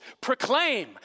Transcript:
Proclaim